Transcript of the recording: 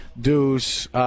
Deuce